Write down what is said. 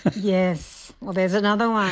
yes, well, there's another one.